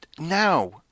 Now